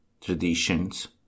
traditions